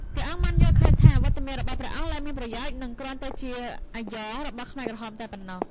ព្រះអង្គបានយល់ឃើញថា វត្តមានរបស់ព្រះអង្គលែងមានប្រយោជន៍ និងគ្រាន់តែជា «អាយ៉ង» របស់ខ្មែរក្រហមតែប៉ុណ្ណោះ។